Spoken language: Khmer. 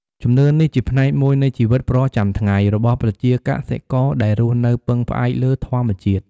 ជំនឿនេះជាផ្នែកមួយនៃជីវិតប្រចាំថ្ងៃ របស់ប្រជាកសិករដែលរស់នៅពឹងផ្អែកលើធម្មជាតិ។